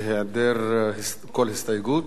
בהיעדר כל הסתייגות.